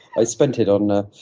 i spent it on. ah